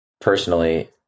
personally